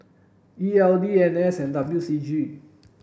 E L D N and S W C G